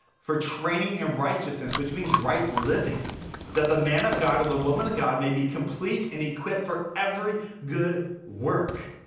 for training and righteousness which means right living that the man of god or the woman of god may be complete and equipped for every good work.